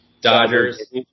Dodgers